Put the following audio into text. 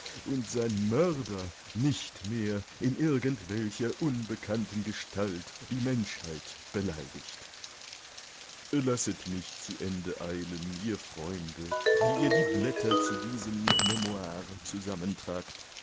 und sein mörder nicht mehr in irgendwelcher unbekannten gestalt die menschheit beleidigt lasset mich zu ende eilen ihr freunde die ihr die blätter zu diesem memoire